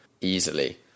easily